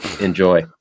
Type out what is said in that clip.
enjoy